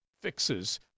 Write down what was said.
fixes